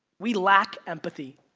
we lack empathy,